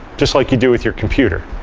just like you do with your computer.